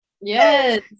Yes